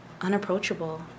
unapproachable